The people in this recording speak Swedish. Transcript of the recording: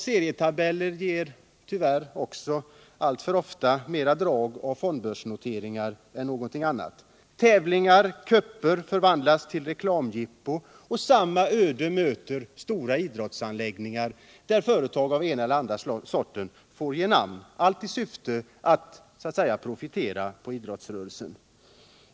Serietabellerna liknar ofta mest fondbörsnoteringar. Tävlingar och cuper förvandlas till reklamjippon, och samma öde möter stora idrottsanläggningar, där företag av det ena eller det andra slaget får ge namn åt det hela, allt i syfte att så att säga profitera på idrottsrörelsen.